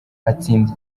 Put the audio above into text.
atsinda